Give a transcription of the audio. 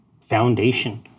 foundation